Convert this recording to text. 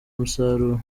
umusaruro